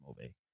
movie